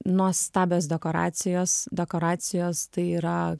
nuostabios dekoracijos dekoracijos tai yra